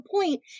point